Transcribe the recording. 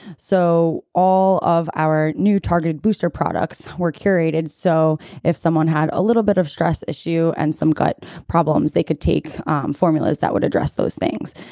so all of our new targeted booster products were curated so if someone had a little bit of stress issue and some gut problems, they could take formulas that would address those things.